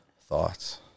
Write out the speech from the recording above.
thoughts